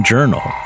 Journal